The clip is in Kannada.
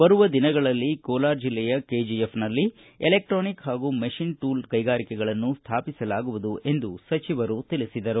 ಬರುವ ದಿನಗಳಲ್ಲಿ ಕೋಲಾರ ಜಿಲ್ಲೆಯ ಕೆಜಿಎಫ್ನಲ್ಲಿ ಎಲೆಕ್ಸಾನಿಕ್ ಹಾಗೂ ಮೆಷಿನ್ ಟೂಲ್ ಕೈಗಾರಿಕೆಗಳನ್ನು ಸ್ಥಾಪಿಸಲಾಗುವುದು ಎಂದು ಸಚಿವರು ತಿಳಿಸಿದರು